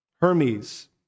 Hermes